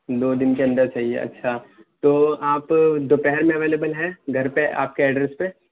دو دن کے اندر چاہیے اچھا تو آپ دوپہر میں اویلیبل ہیں گھر پہ آپ کے ایڈریس پے